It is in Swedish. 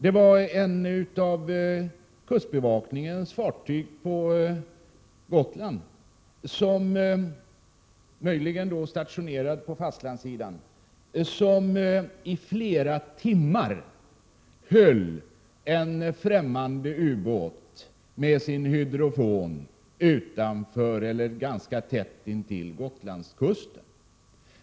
Ett av kustbevakningens fartyg vid Gotland — möjligen stationerat på fastlandssidan — höll i flera timmar med sin hydrofon kontakt med en främmande ubåt ganska tätt intill Gotlandskusten.